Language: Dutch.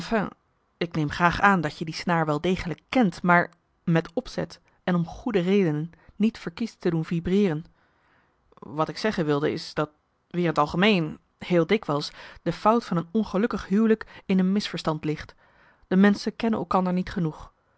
ik neem graag aan dat je die snaar wel degelijk kent maar met opzet en om goede redenen niet verkiest te doen vibreeren wat ik zeggen wilde is dat weer in t algemeen heel marcellus emants een nagelaten bekentenis dikwijls de fout van een ongelukkig huwelijk in een misverstand ligt de menschen kennen elkander niet genoeg